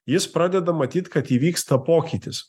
jis pradeda manyt kad įvyksta pokytis